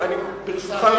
ברשותך,